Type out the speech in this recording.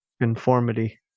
Conformity